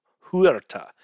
Huerta